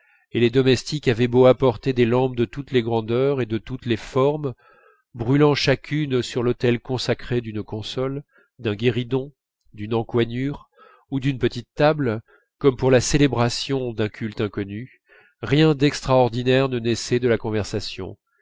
et les domestiques avaient beau apporter des lampes de toutes les grandeurs et de toutes les formes brûlant chacune sur l'autel consacré d'une console d'un guéridon d'une encoignure ou d'une petite table comme pour la célébration d'un culte inconnu rien d'extraordinaire ne naissait de la conversation